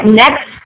next